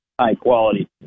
high-quality